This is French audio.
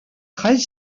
treize